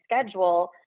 schedule